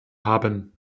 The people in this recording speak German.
haben